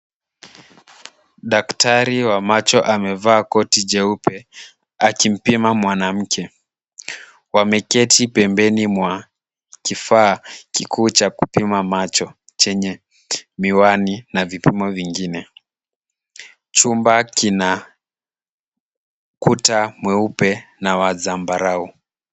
Daktari wa macho amevaa koti jeupe akimpima mwanamke. Wameketi pembeni mwa kifaa kikuu cha kupima macho chenye miwani na vipimo vingine. Chumba kina ukuta mweupe na wa zambarau.